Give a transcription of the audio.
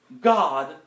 God